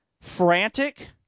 frantic